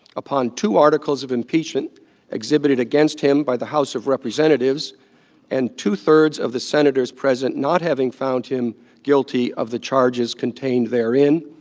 upon two articles of impeachment exhibited against him by the house of representatives and two-thirds of the senators present not having found him guilty of the charges contained therein,